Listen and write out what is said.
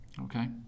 Okay